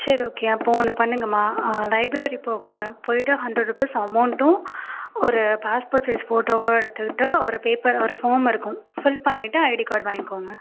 சரி ஓகே அப்போ ஒன்று பண்ணுங்கம்மா லைப்ரரி போங்க போய்விட்டு ஹண்ட்ரெட் ருபீஸ் அமௌன்ட்டும் ஒரு பாஸ்போர்ட் சைஸ் ஃபோட்டோவும் எடுத்துக்கிட்டு ஒரு பேப்பர் ஒரு ஃபார்ம் இருக்கும் ஃபில் பண்ணிவிட்டு ஐடி கார்டு வாங்கிக்கோங்க